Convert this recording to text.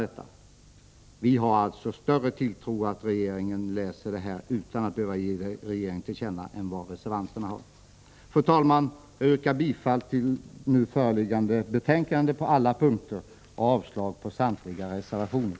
Vår tilltro till att regeringen läser och följer vad utskottet har sagt utan att vi behöver ge regeringen det till känna är alltså större än reservanternas. Fru talman! Jag yrkar bifall till hemställan på alla punkter i nu föreliggande betänkande och avslag på samtliga reservationer.